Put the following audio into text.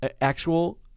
actual